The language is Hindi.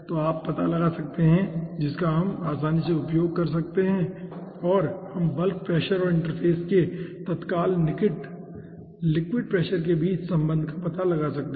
तो आप इसका पता लगा सकते हैं जिसका हम आसानी से उपयोग कर सकते हैं और हम बल्क प्रेशर और इंटरफ़ेस के तत्काल निकट लिक्विड प्रेशर के बीच संबंध का पता लगा सकते हैं